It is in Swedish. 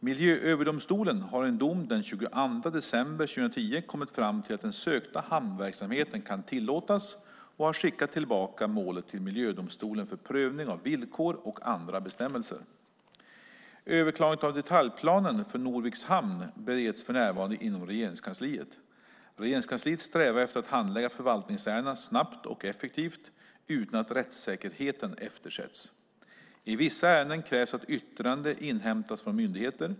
Miljööverdomstolen har i dom den 22 december 2010 kommit fram till att den sökta hamnverksamheten kan tillåtas och har skickat tillbaka målet till miljödomstolen för prövning av villkor och andra bestämmelser. Överklagandet av detaljplanen för Norviks hamn bereds för närvarande inom Regeringskansliet. Regeringskansliet strävar efter att handlägga förvaltningsärenden snabbt och effektivt utan att rättssäkerheten eftersätts. I vissa ärenden krävs att yttrande inhämtas från myndigheter.